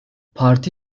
parti